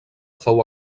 fou